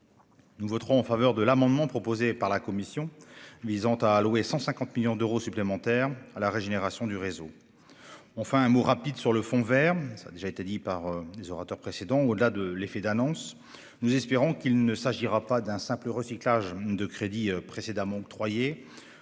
Nous voterons en faveur de l'amendement proposé par la commission visant à allouer 150 millions d'euros supplémentaires à la régénération du réseau. Enfin, je dirai un mot rapide du fonds vert. Au-delà de l'effet d'annonce, nous espérons qu'il ne s'agira pas d'un simple recyclage de crédits précédemment octroyés.